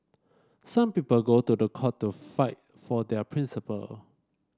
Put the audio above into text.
some people go to the court to fight for their principle